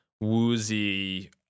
woozy